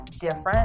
different